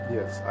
Yes